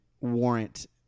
warrant